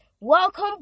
Welcome